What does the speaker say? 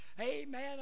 Amen